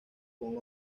con